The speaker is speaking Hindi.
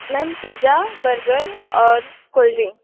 मैम पिज़्ज़ा बर्गर और कोल्ड ड्रिंक